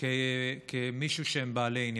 כמישהו בעל עניין.